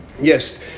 Yes